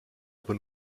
aber